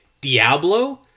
Diablo